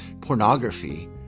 pornography